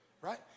right